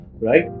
right